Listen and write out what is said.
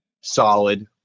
solid